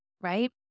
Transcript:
right